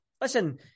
listen